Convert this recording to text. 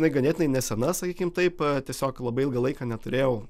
jinai ganėtinai nesena sakykim taip tiesiog labai ilgą laiką neturėjau